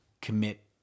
commit